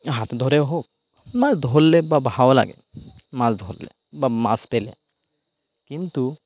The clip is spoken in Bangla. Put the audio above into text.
হাতে ধরে হোক মাছ ধরলে বা ভালো লাগে মাছ ধরলে বা মাছ পেলে কিন্তু